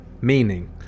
meaning